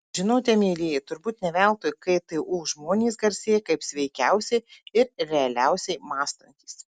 žinote mielieji turbūt ne veltui ktu žmonės garsėja kaip sveikiausiai ir realiausiai mąstantys